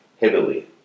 heavily